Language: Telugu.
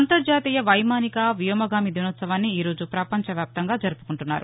అంతర్జాతీయ వైమానిక వ్యోమగామి దినోత్సవాన్ని ఈరోజు పపంచవ్యాప్తంగా జరుపు కుంటున్నారు